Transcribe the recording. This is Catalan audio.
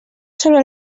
sobre